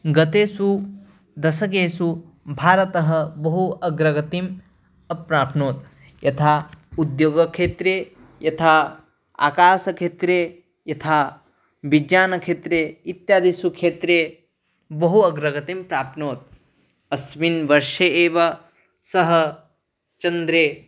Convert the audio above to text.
गतेषु दशकेषु भारतः बहु अग्रगतिम् प्राप्नोत् यथा उद्योगक्षेत्रे यथा आकाशक्षेत्रे यथा विज्ञानक्षेत्रे इत्यादिषु क्षेत्रेषु बहु अग्रगतिं प्राप्नोत् अस्मिन् वर्षे एव सः चन्द्रे